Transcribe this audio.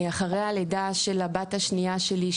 אחרי הלידה של הבת השנייה שלי,